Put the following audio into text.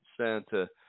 Santa